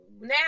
now